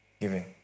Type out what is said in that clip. Giving